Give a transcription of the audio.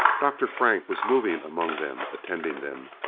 dr. frank was moving among them, attending them.